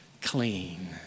clean